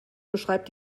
beschreibt